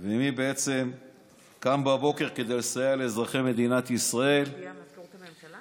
ומי בעצם קם בבוקר כדי לסייע לאזרחי מדינת ישראל להתנהל